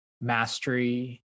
mastery